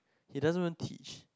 he doesn't want teach